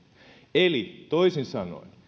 eli toisin sanoen